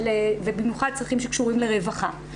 ובמיוחד לכל הצרכים שקשורים לרווחה.